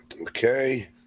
okay